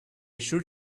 should